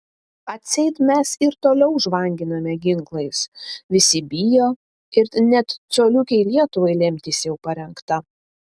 atseit mes ir toliau žvanginame ginklais visi bijo ir net coliukei lietuvai lemtis jau parengta